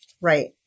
Right